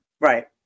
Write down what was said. Right